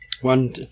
One